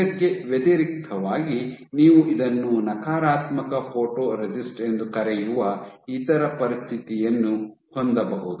ಇದಕ್ಕೆ ವ್ಯತಿರಿಕ್ತವಾಗಿ ನೀವು ಇದನ್ನು ನಕಾರಾತ್ಮಕ ಫೋಟೊರೆಸಿಸ್ಟ್ ಎಂದು ಕರೆಯುವ ಇತರ ಪರಿಸ್ಥಿತಿಯನ್ನು ಹೊಂದಬಹುದು